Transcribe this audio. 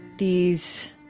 these